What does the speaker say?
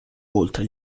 oltre